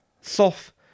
soft